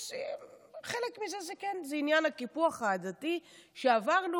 חלק מזה זה עניין הקיפוח העדתי שעברנו,